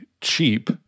cheap